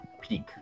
Peak